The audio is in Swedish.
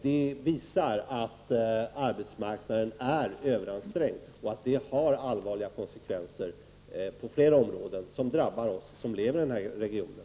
Det visar att arbetsmarknaden är överansträngd och det har på flera områden lett till allvarliga konsekvenser som drabbar oss som lever i den här regionen.